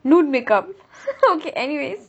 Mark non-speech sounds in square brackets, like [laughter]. nude makeup [laughs] okay anyways